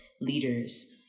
leaders